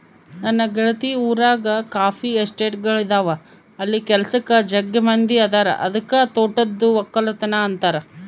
ನನ್ನ ಗೆಳತಿ ಊರಗ ಕಾಫಿ ಎಸ್ಟೇಟ್ಗಳಿದವ ಅಲ್ಲಿ ಕೆಲಸಕ್ಕ ಜಗ್ಗಿ ಮಂದಿ ಅದರ ಅದಕ್ಕ ತೋಟದ್ದು ವಕ್ಕಲತನ ಅಂತಾರ